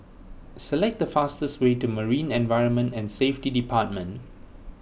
select the fastest way to Marine Environment and Safety Department